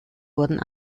wurden